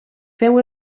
feu